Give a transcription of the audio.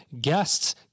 guests